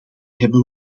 hebben